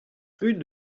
rue